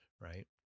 Right